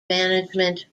management